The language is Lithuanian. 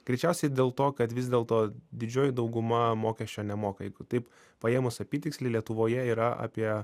greičiausiai dėl to kad vis dėlto didžioji dauguma mokesčio nemoka jeigu taip paėmus apytiksliai lietuvoje yra apie